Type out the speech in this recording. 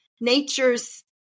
nature's